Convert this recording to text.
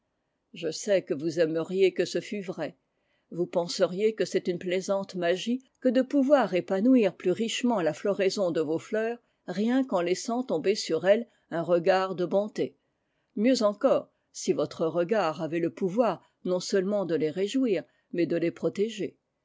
je sais que vous aimeriez que ce fût vrai vous penseriez que c'est une plaisante magie que de pouvoir épanouir plus richement la floraison de vos fleurs rien qu'en laissant tomber sur elles un regard de bonté mieux encore si votre regard avait le pouvoir non seulement de les réjouir mais de les protéger